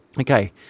Okay